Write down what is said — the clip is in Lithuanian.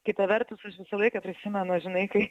kita vertus aš visą laiką prisimenu žinai kai